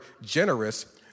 generous